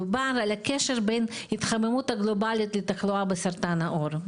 דובר על הקשר בין התחממות הגלובלית לתחלואה בסרטן העור,